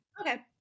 Okay